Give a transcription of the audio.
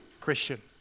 Christian